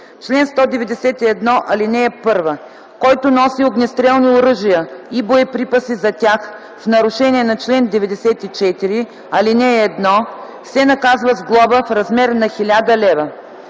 „Чл. 191. (1) Който носи огнестрелни оръжия и боеприпаси за тях в нарушение на чл. 94, ал. 1, се наказва с глоба в размер на 1000 лв.